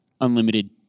unlimited